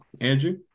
Andrew